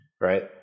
right